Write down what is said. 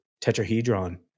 tetrahedron